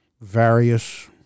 Various